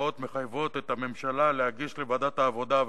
קבע הוראות המחייבות את הממשלה להגיש לוועדת העבודה,